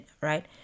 right